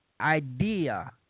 idea